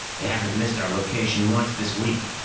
they haven't missed our location once this week.